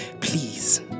Please